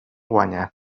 guanya